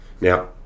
now